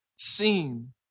seen